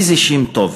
איזה שם טוב.